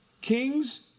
Kings